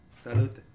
salute